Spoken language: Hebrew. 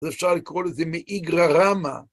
אפשר לקרוא לזה מאיגרא רמא.